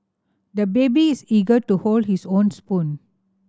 the baby is eager to hold his own spoon